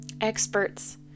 Experts